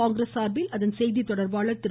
காங்கிரஸ் சார்பில் அதன் செய்தித் தொடர்பாளர் திரு